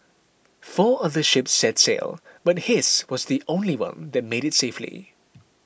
four other ships set sail but his was the only one that made it safely